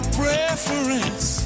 preference